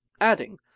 Adding